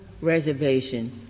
reservation